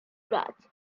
that